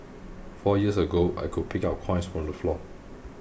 four years ago I could pick up coins from the floor